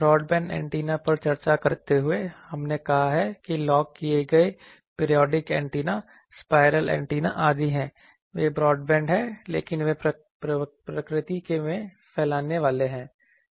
broadband antenna पर चर्चा करते हुए हमने कहा कि लॉक किए गए पीरियोडिक एंटीना स्पाइरल एंटीना आदि हैं वे ब्रॉडबैंड हैं लेकिन वे प्रकृति में फैलने वाले हैं